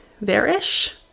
there-ish